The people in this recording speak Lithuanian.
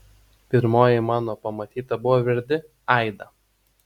pirmoji mano pamatyta buvo verdi aida